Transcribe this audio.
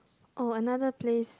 oh another place